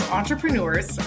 entrepreneurs